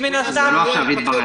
שמן הסתם --- זה לא עכשיו התברר,